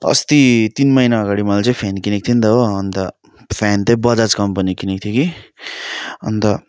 अस्ति तिन महिना अघाडि मैले चाहिँ फ्यान किनेको थिएँ नि त हो अन्त फ्यान चाहिँ बजाज कम्पनीको किनेको थिएँ कि अन्त